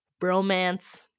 bromance